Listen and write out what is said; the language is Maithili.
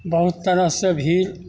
बहुत तरहसँ भी